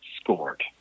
scored